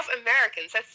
Americans